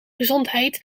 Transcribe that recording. gezondheid